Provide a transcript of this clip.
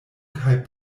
kaj